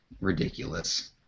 ridiculous